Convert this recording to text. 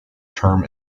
term